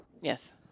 Yes